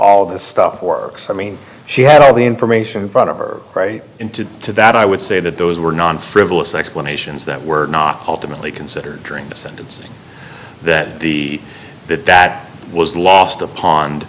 all this stuff works i mean she had all the information in front of her right into to that i would say that those were non frivolous explanations that were not ultimately considered during the sentencing that the that that was lost a pond